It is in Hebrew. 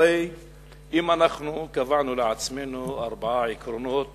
הרי אם אנחנו קבענו לעצמנו ארבעה עקרונות